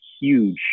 huge